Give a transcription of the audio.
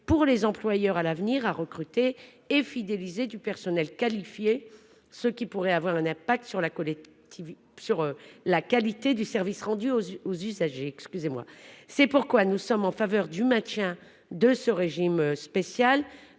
des difficultés à l'avenir pour recruter et fidéliser un personnel qualifié, ce qui pourrait avoir une incidence sur la qualité du service rendu aux usagers. C'est pourquoi nous sommes favorables au maintien de ce régime spécial.